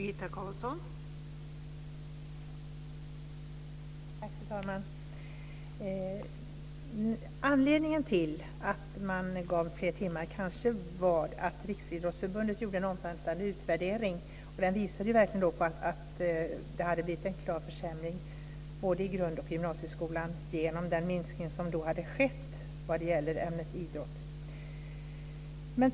Fru talman! Anledningen till att man avsatte fler timmar för idrott var kanske att Riksidrottsförbundet gjorde en omfattande utvärdering. Den visade på att det hade blivit en klar försämring både i grund och gymnasieskolan genom den minskning som då hade skett vad det gäller ämnet idrott.